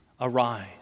Arise